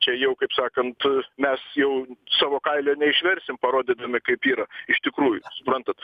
čia jau kaip sakant mes jau savo kailio neišversim parodydami kaip yra iš tikrųjų suprantat